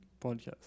podcast